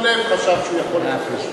הוא בתום לב חשב שהוא יכול לבקש.